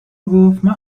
گفتمن